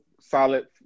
solid